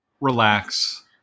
Relax